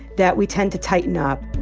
that we tend to tighten up